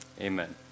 amen